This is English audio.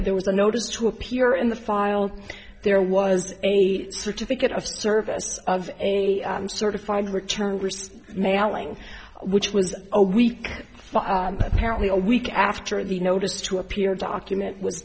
there was a notice to appear in the file there was a certificate of service of a certified return receipt mailing which was a week apparently a week after the notice to appear document w